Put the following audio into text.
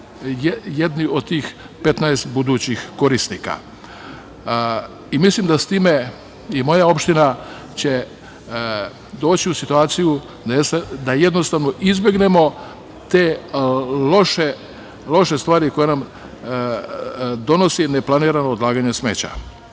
jedni od tih 15 budućih korisnika. Mislim da s time i moja opština će doći u situaciju da jednostavno izbegnemo te loše stvari koje nam donosi neplanirano odlaganje smeća. Ono